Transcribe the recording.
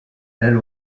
elle